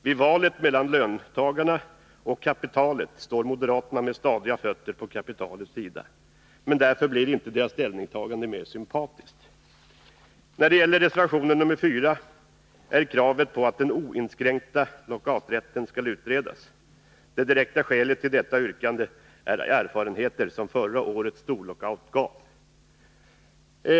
Vid valet mellan löntagarna och kapitalet står moderaterna med stadiga fötter på kapitalets sida. Men deras ställningstagande blir därför inte mer sympatiskt. I reservation 4 ställs kravet att den oinskränkta lockouträtten skall utredas. Det direkta skälet till detta yrkande är erfarenheter som förra årets storlockout gav.